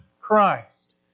Christ